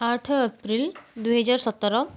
ଆଠ ଏପ୍ରିଲ୍ ଦୁଇ ହଜାର ସତର